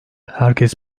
herkes